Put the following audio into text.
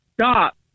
stop